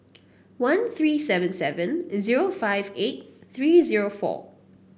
one three seven seven zero five eight three zero four